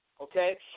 Okay